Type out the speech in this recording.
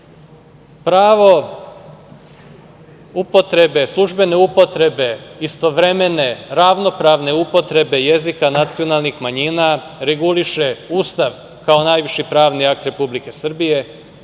zakona. Pravo službene upotrebe, istovremene, ravnopravne upotrebe jezika nacionalnih manjina reguliše Ustav kao najviši pravni akt Republike Srbije,